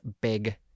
big